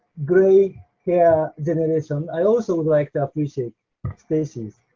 gray hair generation i also like to appreciate stacey.